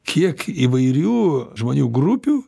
kiek įvairių žmonių grupių